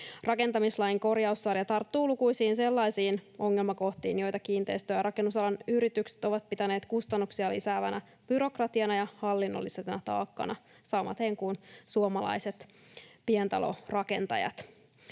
Rakentamislain korjaussarja tarttuu lukuisiin sellaisiin ongelmakohtiin, joita kiinteistö- ja rakennusalan yritykset ovat pitäneet kustannuksia lisäävänä byrokratiana ja hallinnollisena taakkana, samaten kuin suomalaiset pientalorakentajat.